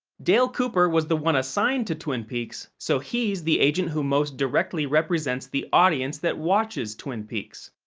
dale cooper was the one assigned to twin peaks, so he's the agent who most directly represents the audience that watches twin peaks.